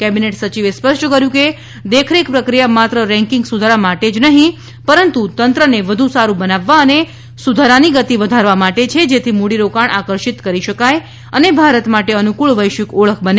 cabinet સચિવે સ્પષ્ટ કર્યુ હતું કે દેખરેખ પ્રક્રિયા માત્ર રેકીંગ સુધારા માટે જ નહી પરંતુ તંત્રને વધુ સારૂ બનાવવા અને સુધારાની ગતી વધારવા માટે છે જેથી મુડીરોકાણ આકર્ષિત કરી શકાય અને ભારત માટે અનુકુળ વૈશ્વિક અળખ બને